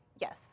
Yes